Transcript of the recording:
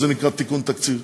אז זה נקרא תיקון תקציב,